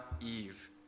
Eve